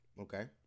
Okay